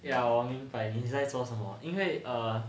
ya 我明白你在说什么因为 err